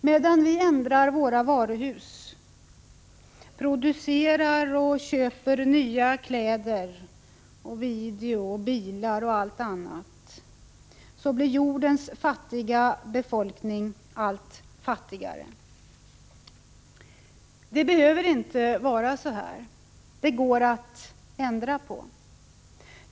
Medan vi ändrar våra varuhus, producerar och köper nya kläder, bilar, video och allt annat, blir jordens fattiga befolkning allt fattigare. Det behöver inte vara så här. Det går att ändra på.